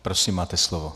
Prosím, máte slovo.